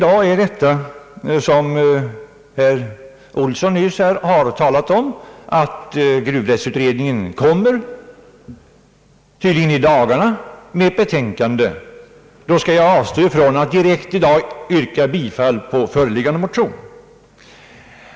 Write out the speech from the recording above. När nu läget i dag — som herr Olsson nyss berörde — är det att gruvrättsutredningen tydligen snart kommer med ett betänkande skall jag avstå från att direkt yrka bifall till föreliggande motion.